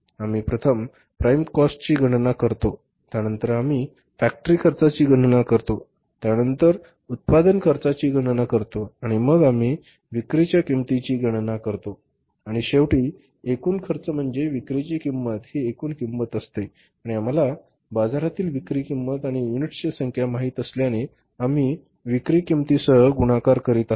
आम्ही प्रथम प्राइम कॉस्टची गणना करतो त्यानंतर आम्ही फॅक्टरी खर्चाची गणना करतो त्यानंतर आम्ही उत्पादन खर्चाची गणना करतो आणि मग आम्ही विक्रीच्या किंमतीची गणना करतो आणि शेवटी एकूण खर्च म्हणजे विक्रीची किंमत ही एकूण किंमत असते आणि आम्हाला बाजारातील विक्री किंमत आणि युनिट्सची संख्या माहित असल्याने आम्ही विक्री किंमतीसह गुणाकार करीत आहोत